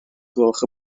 gloch